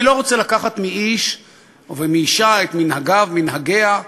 אני לא רוצה לקחת מאיש ומאישה את מנהגיו, מנהגיה.